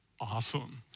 awesome